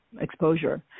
exposure